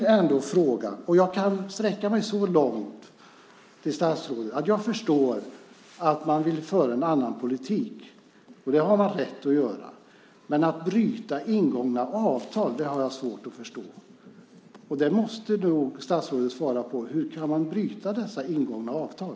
Jag kan sträcka mig så långt, statsrådet, att jag förstår att man vill föra en annan politik, och det har man rätt att göra. Men att bryta ingångna avtal har jag svårt att förstå mig på. Detta måste nog statsrådet svara på: Hur kan man bryta dessa ingångna avtal?